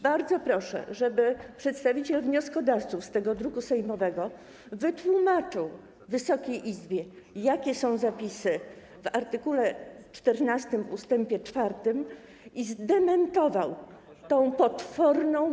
Bardzo proszę, żeby przedstawiciel wnioskodawców tego druku sejmowego wytłumaczył Wysokiej Izbie, jakie są zapisy w art. 14 ust. 4, i zdementował tę potworną.